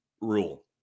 rule